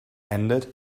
ended